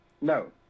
No